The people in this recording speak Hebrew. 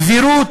סבירות,